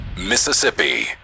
Mississippi